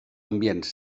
ambients